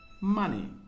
money